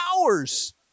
hours